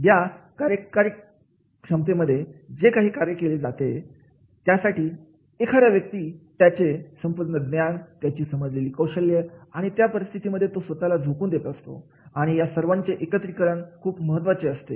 आहे या कार्यकारी क्षमतेमध्ये जे काही कार्य केले जाते त्यासाठी एखादा व्यक्ती त्याची संपूर्ण ज्ञान त्याची समजलेली कौशल्य आणि त्या परिस्थितीमध्ये तो स्वतःला झोकून देत असतो आणि या सर्वांचे एकत्रीकरण खूप महत्त्वाचे असते